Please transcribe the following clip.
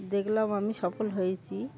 দেখলাম আমি সফল হয়েছি